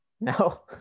No